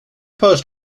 post